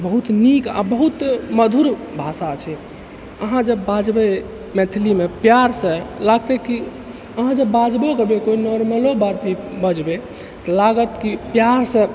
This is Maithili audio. बहुत नीक आ बहुत मधुर भाषा छै अहाँ जब बाजबै मैथिलीमे प्यारसँ लागतै कि अहाँ जब बाजबै कोइ नोर्मलो बात भी बजबै तऽ लागत कि प्यारसँ